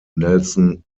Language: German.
nelson